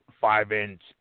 five-inch